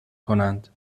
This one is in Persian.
کنند